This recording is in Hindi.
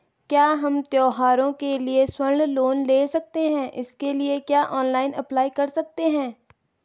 क्या हम त्यौहारों के लिए स्वर्ण लोन ले सकते हैं इसके लिए क्या ऑनलाइन अप्लाई कर सकते हैं?